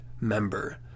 member